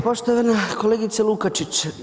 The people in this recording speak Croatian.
Poštovana kolegice Lukačić.